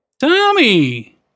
tommy